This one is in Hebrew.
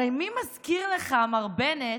הרי מי מזכיר לך, מר בנט,